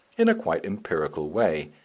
in a quite empirical way,